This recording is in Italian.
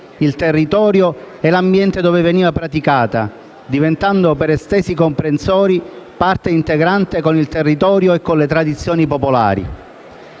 il territorio e l'ambiente dove veniva praticata, diventando per estesi comprensori parte integrante con il territorio e le tradizioni popolari.